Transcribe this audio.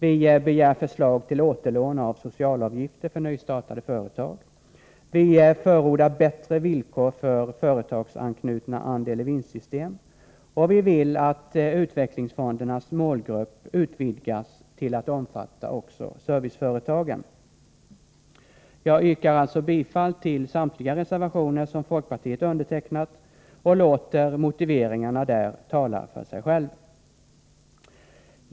Vi begär förslag till återlån av socialavgifter för nystartade företag, vi förordar bättre villkor för företagsanknutna andel-i-vinst-system, och vi vill att utvecklingsfondernas målgrupp utvidgas till att omfatta också serviceföretagen. Jag yrkar bifall till samtliga reservationer som folkpartister undertecknat och låter motiveringarna där tala för sig själva.